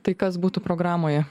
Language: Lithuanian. tai kas būtų programoje